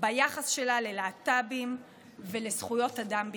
ביחס שלה ללהט"בים ולזכויות אדם בכלל.